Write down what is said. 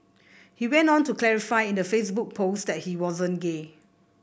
he went on to clarify in the Facebook post that he wasn't gay